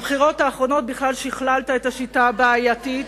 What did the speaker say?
בבחירות האחרונות שכללת את השיטה הבעייתית,